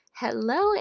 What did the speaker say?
hello